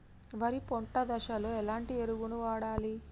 వరి పొట్ట దశలో ఎలాంటి ఎరువును వాడాలి?